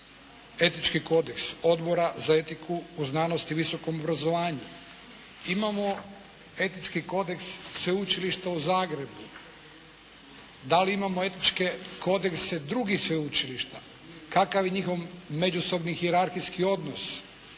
Etički kodeks Odbora za etiku u znanosti i visokom obrazovanju. Imamo Etički kodeks Sveučilišta u Zagrebu. Da li imamo etičke kodekse drugih sveučilišta? Kakav je njihov međusobni hijerarhijski odnos?